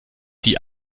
die